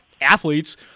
athletes